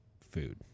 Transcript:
food